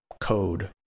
code